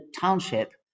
township